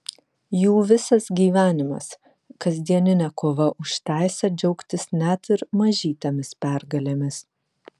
jų visas gyvenimas kasdieninė kova už teisę džiaugtis net ir mažytėmis pergalėmis